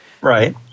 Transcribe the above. Right